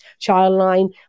Childline